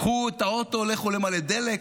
קחו את האוטו, לכו למלא דלק.